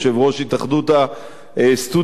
יושב-ראש התאחדות הסטודנטים,